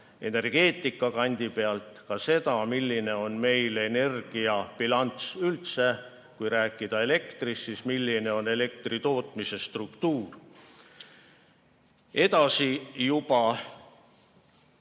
selle kandi pealt, milline on meie energiabilanss üldse. Kui rääkida elektrist, siis milline on elektritootmise struktuur? Edasi juba